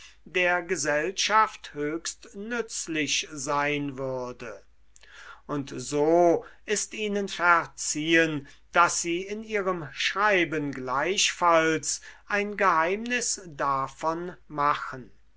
der gesellschaft höchst nützlich sein würde und so ist ihnen verziehen daß sie in ihrem schreiben gleichfalls ein geheimnis davon machen